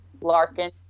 Larkin